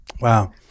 Wow